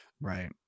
Right